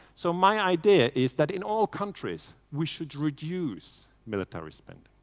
so my idea is that in all countries we should reduce military spending.